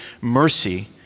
mercy